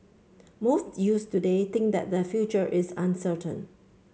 most youths today think that their future is uncertain